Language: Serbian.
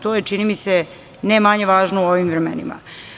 To je, čini mi se, ne manje važno u ovim vremenima.